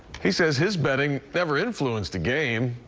he said his betting never influenced a game,